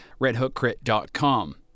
redhookcrit.com